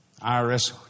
IRS